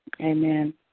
Amen